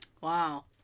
Wow